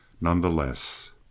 nonetheless